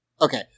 Okay